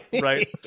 right